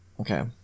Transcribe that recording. Okay